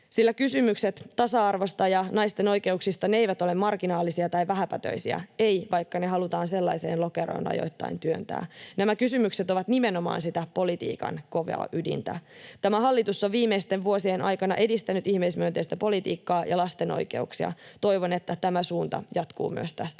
sillä kysymykset tasa-arvosta ja naisten oikeuksista eivät ole marginaalisia tai vähäpätöisiä — ei, vaikka ne halutaan sellaiseen lokeroon ajoittain työntää. Nämä kysymykset ovat nimenomaan sitä politiikan kovaa ydintä. Tämä hallitus on viimeisten vuosien aikana edistänyt ihmismyönteistä politiikkaa ja lasten oikeuksia. Toivon, että tämä suunta jatkuu myös tästä